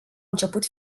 început